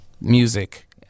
music